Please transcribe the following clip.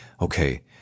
okay